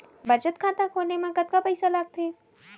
बचत खाता खोले मा कतका पइसा लागथे?